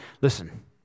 Listen